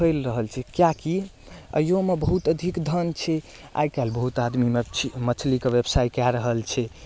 फैल रहल छै किएकि अहियोमे बहुत अधिक धन छै आइकाल्हि बहुत आदमी मछलीके व्यवसाय कए रहल छै